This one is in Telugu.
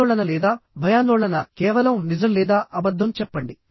ఆందోళన లేదా భయాందోళన కేవలం నిజం లేదా అబద్ధం చెప్పండి